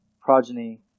progeny